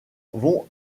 vont